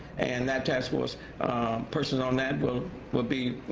and that task force person on that will will be,